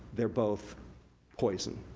they're both poison.